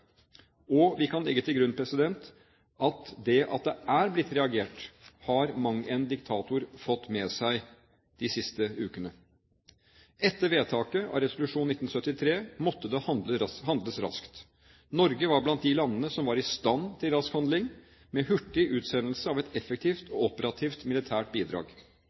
Og vi kan legge til grunn at det at det er blitt reagert, har mang en diktator fått med seg de siste ukene. Etter vedtaket av resolusjon 1973 måtte det handles raskt. Norge var blant de landene som var i stand til rask handling, med hurtig utsendelse av et effektivt og operativt militært bidrag.